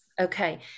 Okay